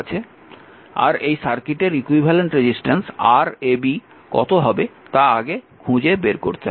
আর এই সার্কিটের equivalent resistance Rab কত হবে তা আগে খুঁজে বের করতে হবে